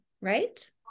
right